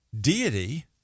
deity